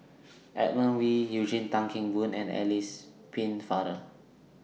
Edmund Wee Eugene Tan Kheng Boon and Alice Pennefather